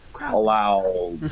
allow